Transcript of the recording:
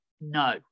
no